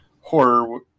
horror